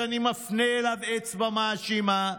שאני מפנה אליו אצבע מאשימה.